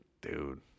Dude